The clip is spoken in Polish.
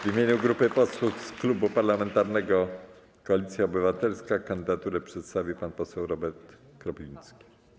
W imieniu grupy posłów z Klubu Parlamentarnego Koalicja Obywatelska kandydaturę przedstawi pan poseł Robert Kropiwnicki.